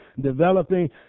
developing